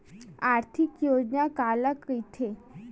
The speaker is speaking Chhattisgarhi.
आर्थिक योजना काला कइथे?